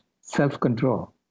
self-control